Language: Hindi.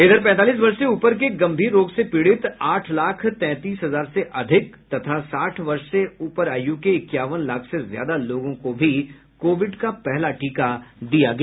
वहीं पैंतालीस वर्ष से ऊपर के गंभीर रोग से पीड़ित आठ लाख तैंतीस हजार से अधिक तथा साठ वर्ष से ऊपर आय़् के इक्यावन लाख से ज्यादा लोगों को भी कोविड का पहला टीका दिया गया